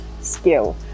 skill